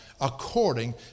according